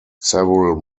several